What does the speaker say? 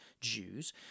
Jews